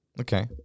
okay